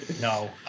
no